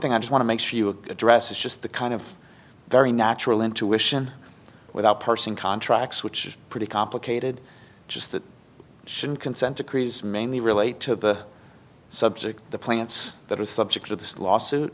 thing i want to make sure you address is just the kind of very natural intuition without parsing contracts which is pretty complicated just that shouldn't consent decrees mainly relate to subject the plants that are subject of this lawsuit